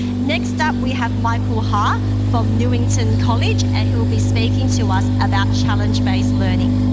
next up we have michael ha from newington college and he'll be speaking to us about challenge based learning.